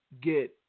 get